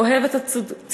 אוהב את הצדקות,